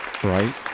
Right